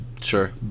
Sure